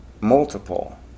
multiple